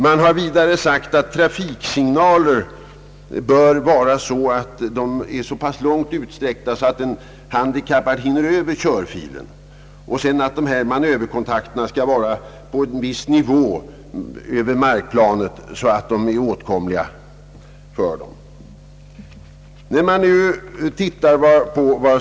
Man har vidare sagt, att trafiksignaler bör vara så pass långt utsträckta, att en handikappad hinner över körfilen, och att manöverkontakterna skall vara placerade på en viss nivå över markplanet så att de är lätt åtkomliga.